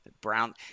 Brown